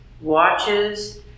watches